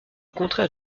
contraire